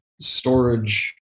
storage